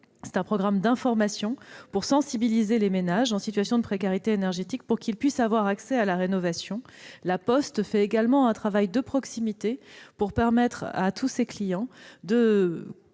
Ce programme d'information permet de sensibiliser les ménages en situation de précarité énergétique, pour qu'ils puissent avoir accès à la rénovation. La Poste mène également un travail de proximité, pour permettre à tous ses clients de